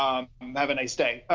um um have a nice day.